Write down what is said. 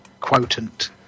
quotient